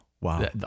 Wow